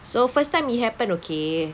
so first time it happened okay